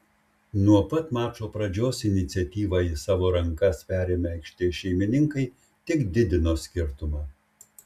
nuo pat mačo pradžios iniciatyvą į savo rankas perėmę aikštės šeimininkai tik didino skirtumą